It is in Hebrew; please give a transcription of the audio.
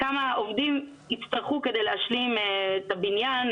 כמה עובדים יצטרכו כדי להשלים את הבניין,